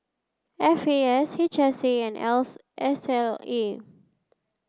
F A S H S A and S L A